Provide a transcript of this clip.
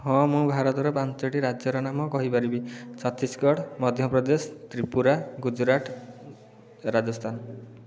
ହଁ ମୁଁ ଭାରତର ପାଞ୍ଚଟି ରାଜ୍ୟର ନାମ କହିପାରିବି ଛତିଶଗଡ଼ ମଧ୍ୟପ୍ରଦେଶ ତ୍ରିପୁରା ଗୁଜୁରାଟ ରାଜସ୍ଥାନ